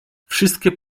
wszystkie